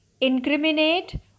incriminate